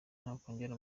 nakongera